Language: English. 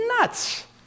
nuts